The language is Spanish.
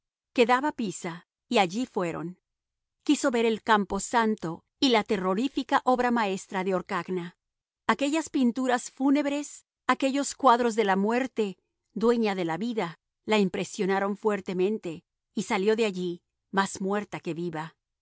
quedaba pisa y allí fueron quiso ver el campo santo y la terrorífica obra maestra de orcagna aquellas pinturas fúnebres aquellos cuadros de la muerte dueña de la vida la impresionaron fuertemente y salió de allí más muerta que viva